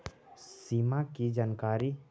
सिमा कि जानकारी?